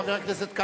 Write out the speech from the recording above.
חבר הכנסת כץ,